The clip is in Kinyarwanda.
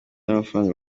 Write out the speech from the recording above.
n’amafaranga